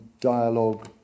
dialogue